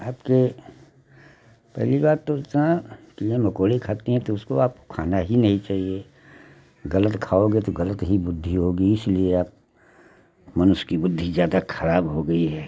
आपके पहली बात तो इंसा कीड़े मकोड़े खाती है तो उसको आप खाना ही नहीं चाहिए गलत खाओगे तो गलत ही बुद्धि होगी इसलिए आप मनुष्य की बुद्धि ज़्यादा खराब हो गई है